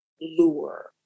lure